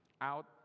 out